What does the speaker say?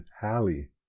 Hallie